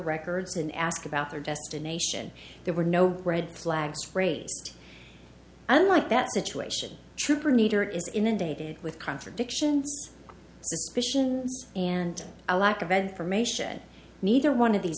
records and ask about their destination there were no red flags phrased unlike that situation trooper neither is inundated with contradictions suspicion and a lack of information neither one of these